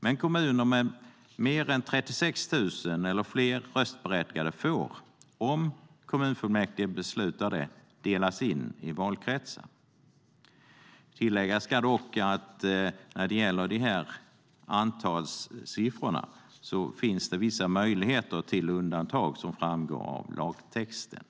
Men kommuner med 36 000 eller fler röstberättigade får, om kommunfullmäktige beslutar det, delas in i valkretsar. Tilläggas ska dock att det när det gäller antalssiffrorna finns vissa möjligheter till undantag, vilket framgår av lagtexten.